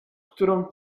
którą